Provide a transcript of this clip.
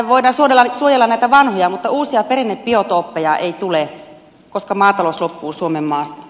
tai voidaan suojella näitä vanhoja mutta uusia perinnebiotooppeja ei tule koska maatalous loppuu suomenmaasta